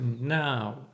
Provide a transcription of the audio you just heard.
Now